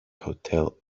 hotel